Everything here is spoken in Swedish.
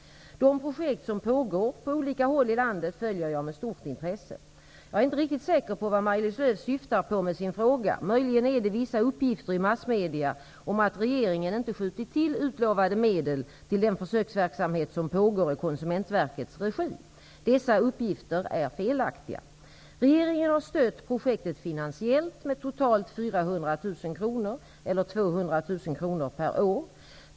De projekt som pågår på olika håll i landet följer jag med stort intresse. Jag är inte riktigt säker på vad Maj-Lis Lööw syftar på med sin fråga. Möjligen är det vissa uppgifter i massmedier om att regeringen inte skjutit till utlovade medel till den försöksverksamhet som pågår i Konsumentverkets regi. Dessa uppgifter är felaktiga. Regeringen har stött projektet finansiellt med totalt 400 000 kr, eller 200 000 kr per år.